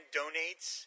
donates